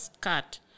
cut